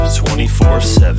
24-7